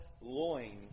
loin